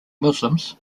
muslims